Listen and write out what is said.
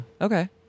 Okay